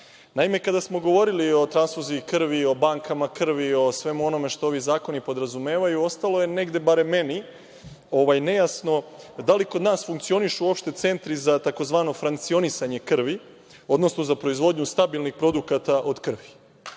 grana. Naime, kada smo govorili o transfuziji krvi i o bankama krvi, o svemu onome što ovi zakoni podrazumevaju, ostalo je negde, barem meni, nejasno da li kod nas funkcionišu uopšte centri za tzv. frankcionisanje krvi, odnosno za proizvodnju stabilnih produkata od krvi.